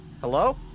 Hello